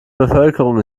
bevölkerung